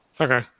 Okay